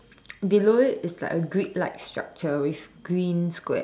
below it is like a grid like structure with green Square